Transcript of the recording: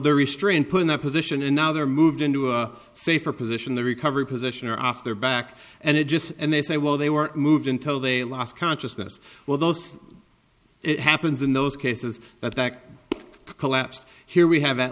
they're restrained put in that position and now they're moved into a safer position the recovery position or off their back and it just and they say well they were moved until they lost consciousness well those it happens in those cases that that collapsed here we have at